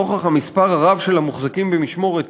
נוכח המספר הרב של המוחזקים במשמורת,